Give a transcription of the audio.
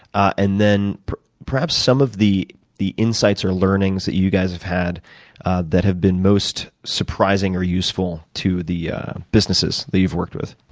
and then perhaps some of the the insights or learnings that you guys have had that have been most surprising or useful to the businesses that you've worked with.